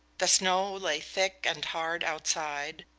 the snow lay thick and hard outside,